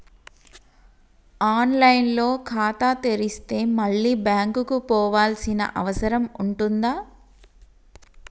On line లో ఖాతా తెరిస్తే మళ్ళీ బ్యాంకుకు పోవాల్సిన అవసరం ఉంటుందా?